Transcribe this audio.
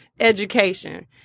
education